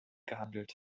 gehandelt